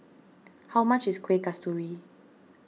how much is Kueh Kasturi